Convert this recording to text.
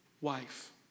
wife